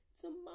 tomorrow